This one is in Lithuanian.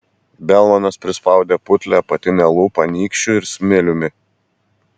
belmanas prispaudė putlią apatinę lūpą nykščiu ir smiliumi